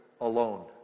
alone